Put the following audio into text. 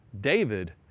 David